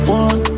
one